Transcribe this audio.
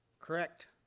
correct